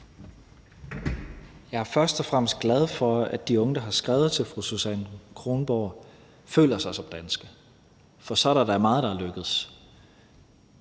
Jeg er først og fremmest glad for, at de unge, der har skrevet til fru Susan Kronborg, føler sig som danske, for så er der da meget, der er lykkedes.